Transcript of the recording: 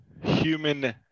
human